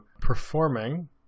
performing